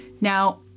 Now